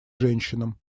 женщинам